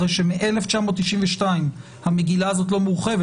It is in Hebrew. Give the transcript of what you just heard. אחרי שמ-1992 המגילה הזאת לא מורחבת,